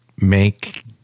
make